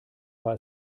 war